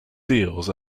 deals